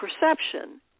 perception